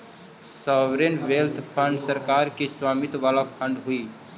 sovereign wealth fund सरकार के स्वामित्व वाला फंड हई